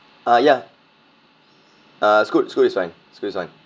ah ya uh scoot scoot is fine scoot is fine